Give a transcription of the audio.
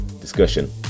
discussion